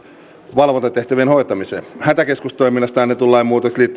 valvontatehtävien hoitamiseen hätäkeskustoiminnasta annetun lain muutokset